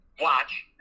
watch